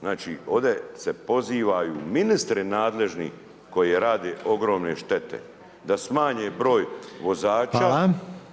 Znači ovdje se pozivaju ministri nadležni koji rade ogromne štete da smanje broj vozača,